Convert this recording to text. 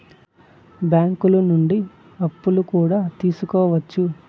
బ్యాంకులు నుండి అప్పులు కూడా తీసుకోవచ్చు